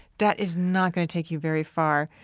that is not gonna take you very far,